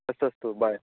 अस्तु अस्तु बाय